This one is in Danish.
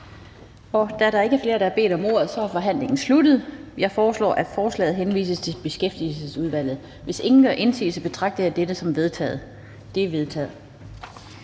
Da der ikke er flere, der har bedt om ordet, er forhandlingen sluttet. Jeg foreslår, at forslaget henvises til Beskæftigelsesudvalget. Hvis ingen gør indsigelse, betragter jeg det som vedtaget. Det er vedtaget.